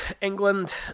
England